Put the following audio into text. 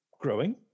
growing